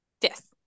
Yes